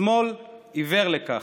השמאל עיוור לכך.